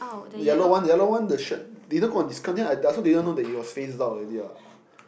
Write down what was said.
yellow one yellow one the shirt didn't go on discount then I I also didn't know it was phased out already what